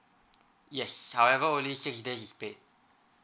yes however only six days is paid